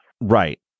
Right